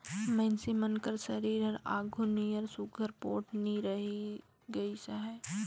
मइनसे मन कर सरीर हर आघु नियर सुग्घर पोठ नी रहि गइस अहे